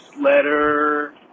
letter